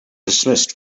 dismissed